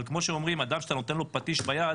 אבל כמו שאומרים, אדם שאתה נותן לו פטיש ביד,